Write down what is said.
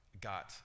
got